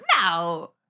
No